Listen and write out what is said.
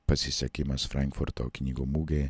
pasisekimas frankfurto knygų mugėj